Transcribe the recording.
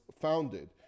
founded